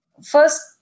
First